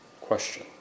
question